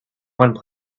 one